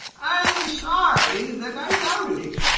i'm sorry that i doubted it.